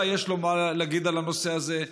אולי יש לו מה להגיד על הנושא הזה,